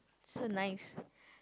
so nice